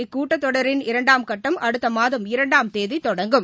இக்கூட்டத் தொடரின் இரண்டாம் கட்டம் அடுத்தமாதம் இரண்டாம் தேதிதொடங்கும்